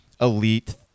elite